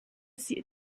sie